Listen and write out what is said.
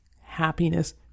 happiness